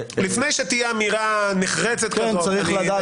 לפני שתהיה אמירה נחרצת כזו אנחנו באמת נדבר,